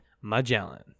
Magellan